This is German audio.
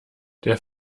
der